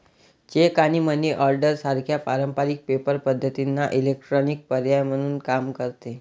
check आणि money order सारख्या पारंपारिक पेपर पद्धतींना इलेक्ट्रॉनिक पर्याय म्हणून काम करते